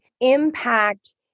impact